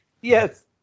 Yes